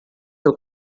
seu